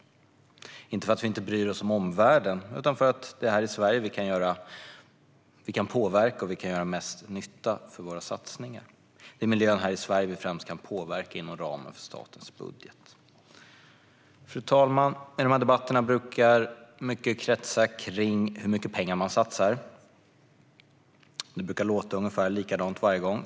Det beror inte på att vi inte bryr oss om omvärlden utan för att det är här i Sverige som vi kan påverka och göra mest nytta med våra satsningar. Det är främst miljön här i Sverige som vi kan påverka inom ramen för statens budget. Fru talman! I dessa debatter brukar mycket kretsa kring hur mycket pengar man satsar. Det brukar låta ungefär likadant varje gång.